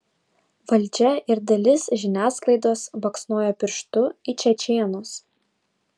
valdžia ir dalis žiniasklaidos baksnoja pirštu į čečėnus